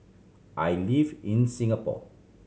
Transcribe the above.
I live in Singapore